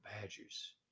Badgers